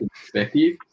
perspective